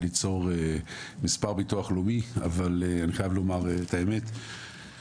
ליצור מספר ביטוח לאומי אבל אני חייב לומר את האמת,